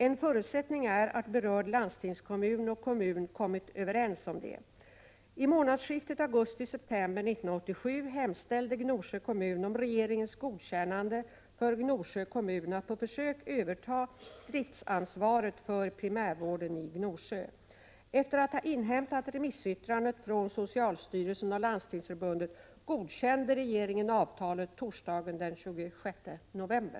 En förutsättning är att berörd landstingskommun och kommun kommit överens om det. I månadsskiftet augusti-september 1987 hemställde Gnosjö kommun om regeringens godkännande för Gnosjö kommun att på försök överta driftsansvaret för primärvården i Gnosjö. Efter att ha inhämtat remissyttranden från socialstyrelsen och Landstingsförbundet godkände regeringen avtalet torsdagen den 26 november.